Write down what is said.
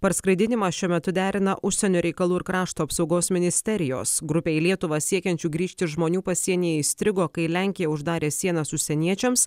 parskraidinimą šiuo metu derina užsienio reikalų ir krašto apsaugos ministerijos grupė į lietuvą siekiančių grįžti žmonių pasienyje įstrigo kai lenkija uždarė sienas užsieniečiams